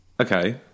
Okay